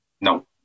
No